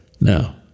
Now